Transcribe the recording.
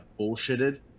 bullshitted